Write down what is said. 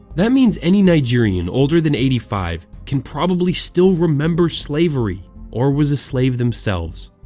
that means any nigerian older than eighty five can probably still remember slavery, or was a slave themselves.